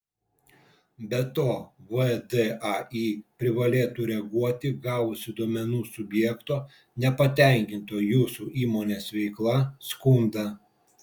be to vdai privalėtų reaguoti gavusi duomenų subjekto nepatenkinto jūsų įmonės veikla skundą